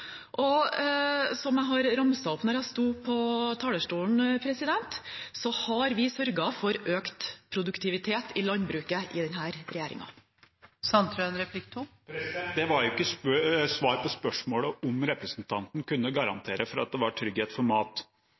Og som jeg ramset opp da jeg sto på talerstolen, har vi sørget for økt produktivitet i landbruket under denne regjeringen. Det var ikke svar på spørsmålet om representanten kunne garantere for at det var trygghet for mat.